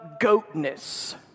GOATness